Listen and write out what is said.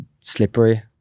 slippery